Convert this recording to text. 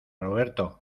roberto